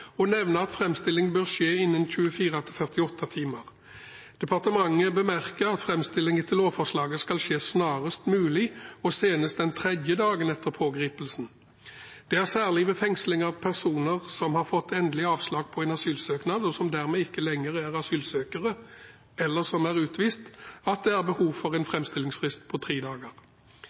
og nevner at framstilling bør skje innen 24 til 48 timer. Departementet bemerker at framstilling etter lovforslaget skal skje «snarest mulig, og senest den tredje dagen etter pågripelsen». Det er særlig ved fengsling av personer som har fått endelig avslag på en asylsøknad, og som dermed ikke lenger er asylsøkere, eller som er utvist, at det er behov for en framstillingsfrist på tre dager. Dersom det ligger til rette for uttransportering innen tre dager,